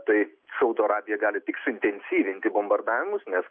tai saudo arabija gali tik suintensyvinti bombardavimus nes